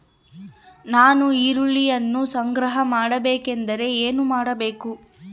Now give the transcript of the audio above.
ನಾನು ಈರುಳ್ಳಿಯನ್ನು ಸಂಗ್ರಹ ಮಾಡಬೇಕೆಂದರೆ ಏನು ಮಾಡಬೇಕು?